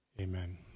Amen